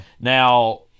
Now